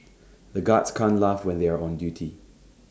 the guards can't laugh when they are on duty